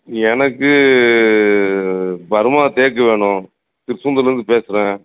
எனக்கு பர்மா தேக்கு வேணும் திருச்செந்தூரில் இருந்து பேசுகிறேன்